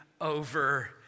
over